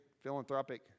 philanthropic